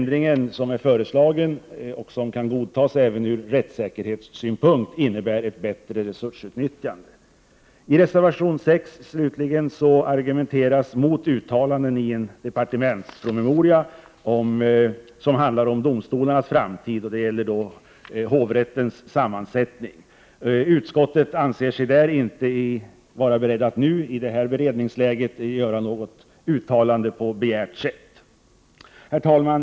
Den föreslagna ändringen, som även kan godtas ur rättssäkerhetssynpunkt, innebär ett bättre resursutnyttjande. I reservation 6 argumenteras emot uttalanden i en departementspromemoria som handlar om domstolarnas framtid. Det gäller hovrättens sammansättning. Utskottet anser sig inte i detta beredningsläge kunna göra något uttalande på begärt sätt. Herr talman!